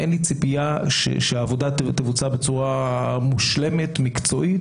אין לי ציפייה שהעבודה תבוצע בצורה מושלמת ומקצועית,